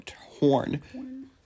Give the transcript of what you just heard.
horn